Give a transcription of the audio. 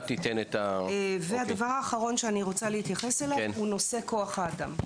והדבר האחרון הוא נושא כוח האדם.